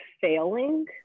failing